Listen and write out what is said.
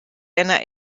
eine